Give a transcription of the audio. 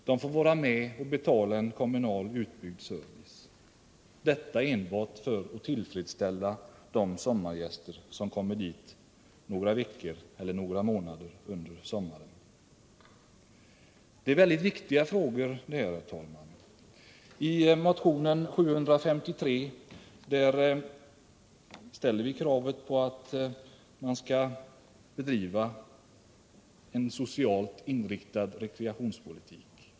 De får vara med och betala en utbyggd kommunal service, enbart för att tillfredsställa de sommargäster som kommer dit några veckor eller några månader under sommaren. Det här är väldigt viktiga frågor, herr talman. I motionen 753 ställer vi kravet att det skall bedrivas en socialt inriktad rekreationspolitik.